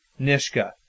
Nishka